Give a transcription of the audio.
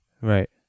Right